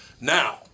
Now